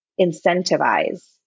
incentivize